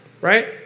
Right